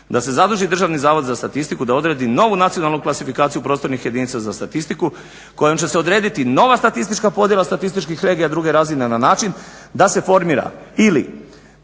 da se zaduži Državni zavod za statistiku da odredi novu nacionalnu klasifikaciju prostornih jedinica za statistiku kojom će se odrediti nova statistička podjela statističkih regija druge razine na način da se formira ili